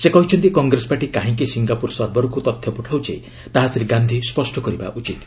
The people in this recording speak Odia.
ସେ କହିଛନ୍ତି କଂଗ୍ରେସ ପାର୍ଟି କାହିଁକି ସିଙ୍ଗାପୁର ସର୍ଭରକୁ ତଥ୍ୟ ପଠାଇଛି ତାହା ଶ୍ରୀ ଗାନ୍ଧି ସ୍ୱଷ୍ଟ କରିବା ଉଚିତ୍